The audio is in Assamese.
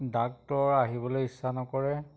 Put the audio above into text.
ডাক্তৰ আহিবলৈ ইচ্ছা নকৰে